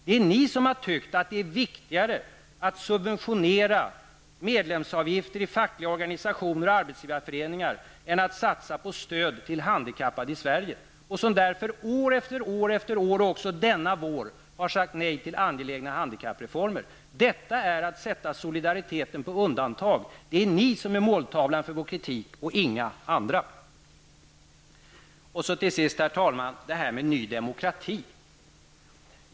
Det är ni som har tyckt att det är viktigare att subventionera medlemsavgifter i fackliga organisationer och arbetsgivarföreningar än att satsa på stöd till handikappade i Sverige. Ni har därför år efter år -- också denna vår -- sagt nej till angelägna handikappreformer. Detta är att sätta solidariteten på undantag. Det är ni som är måltavlan för vår kritik -- inga andra. Herr talman! Till sist vill jag beröra frågan om Ny demokrati.